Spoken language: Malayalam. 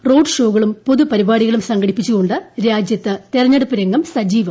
റോഡ് ഷോകളും പൊതുപരിപാടികളും സംഘടിപ്പിച്ചു കൊണ്ട് രാജ്യത്ത് തിരഞ്ഞെടുപ്പ് രംഗം സജീവം